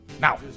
Now